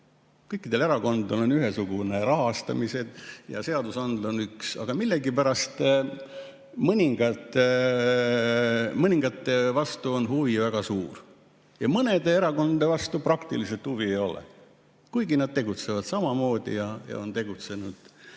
Kõikidel erakondadel on ühesugune rahastamine ja seadusandja on üks. Aga millegipärast mõningate vastu on huvi väga suur ja mõne erakonna vastu praktiliselt huvi ei ole, kuigi nad tegutsevad samamoodi ja on ka tegutsenud.